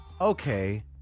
okay